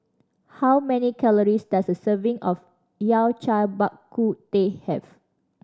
how many calories does a serving of Yao Cai Bak Kut Teh have